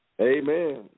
amen